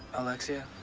alexia,